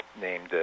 named